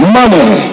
money